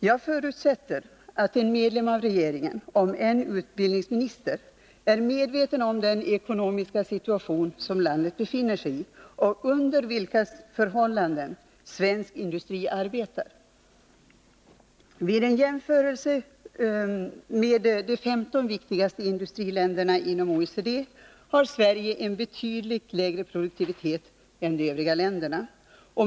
Jag förutsätter att en medlem av regeringen, om än utbildningsminister, är medveten om den ekonomiska situation som landet befinner sig i och under vilka förhållanden svensk industri arbetar. Vid en jämförelse med de 15 viktigaste industriländerna inom OECD visar det sig att Sverige har en betydligt lägre produktivitet än de övriga länderna.